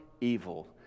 evil